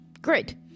Great